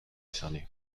décernés